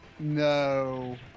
No